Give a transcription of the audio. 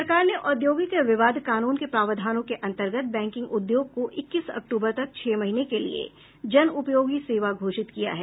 सरकार ने औद्योगिक विवाद कानून के प्रावधानों के अंतर्गत बैंकिंग उद्योग को इक्कीस अक्टूबर तक छह महीने के लिये जन उपयोगी सेवा घोषित किया है